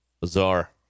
Bizarre